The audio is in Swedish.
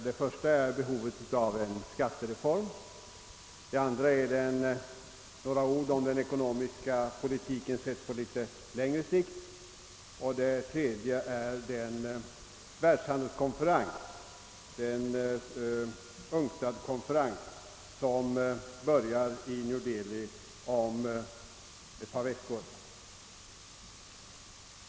Det första är behovet av en skattereform, det andra den ekonomiska politiken sedd på litet längre sikt och det tredje den världshandelskonferens som börjar i New Delhi om ett par veckor.